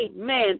Amen